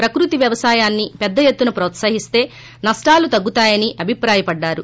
ప్రకృతి వ్యవసాయాన్ని పెద్ద ఎత్తున ్రిపోత్సహిస్త నష్టాలు తెగ్గుతాయని అభిప్రాయపడ్డారు